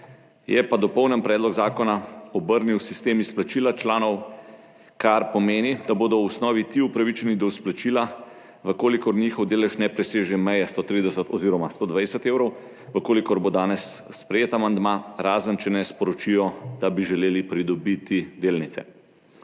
Je pa dopolnjen predlog zakona obrnil sistem izplačila članom, kar pomeni, da bodo v osnovi ti upravičeni do izplačila, če njihov delež ne preseže meje 130 oziroma 120 evrov, če bo danes sprejet amandma, razen če ne sporočijo, da bi želeli pridobiti delnice.